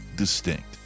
Distinct